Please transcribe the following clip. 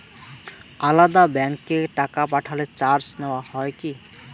আলাদা ব্যাংকে টাকা পাঠালে চার্জ নেওয়া হয় কি?